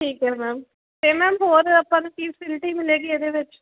ਠੀਕ ਹੈ ਮੈਮ ਅਤੇ ਮੈਮ ਹੋਰ ਆਪਾਂ ਨੂੰ ਕੀ ਫਸਿਲਿਟੀ ਮਿਲੇਗੀ ਇਹਦੇ ਵਿੱਚ